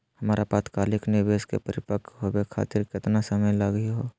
हमर अल्पकालिक निवेस क परिपक्व होवे खातिर केतना समय लगही हो?